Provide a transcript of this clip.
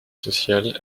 sociale